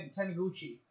Taniguchi